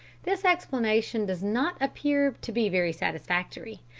this explanation does not appear to be very satisfactory,